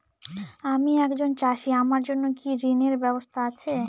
আমি একজন চাষী আমার জন্য কি ঋণের ব্যবস্থা আছে?